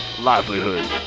livelihood